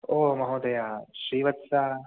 ओ महोदय श्रीवत्स